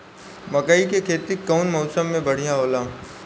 मकई के खेती कउन मौसम में बढ़िया होला?